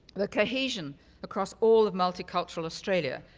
the cohesion across all of multicultural australia,